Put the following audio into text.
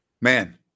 Man